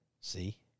See